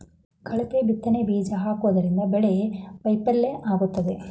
ಕಳಪೆ ಬಿತ್ತನೆ ಬೀಜ ಹಾಕೋದ್ರಿಂದ ಬೆಳೆ ವೈಫಲ್ಯ ಆಗುತ್ತೆ